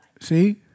See